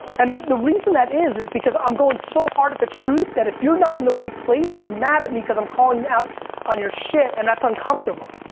and the reason that is is because i'm going so hard at the truth that if you're not in the right place, you're mad at me because i'm calling you out on your shit and that's uncomfortable.